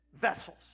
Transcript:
vessels